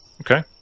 Okay